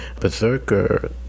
Berserker